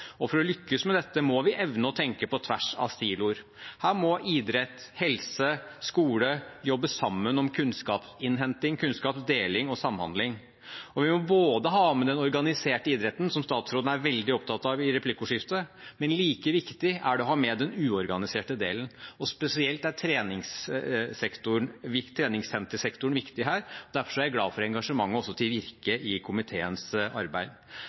For å lykkes med dette må vi evne å tenke på tvers av siloer. Her må idrett, helse og skole jobbe sammen om kunnskapsinnhenting, kunnskapsdeling og samhandling. Vi må ha med den organiserte idretten, som statsråden er veldig opptatt av i replikkordskiftet, men like viktig er det å ha med den uorganiserte delen. Spesielt et treningssentersektoren viktig her, derfor er jeg glad for engasjementet også til Virke i komiteens arbeid.